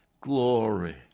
Glory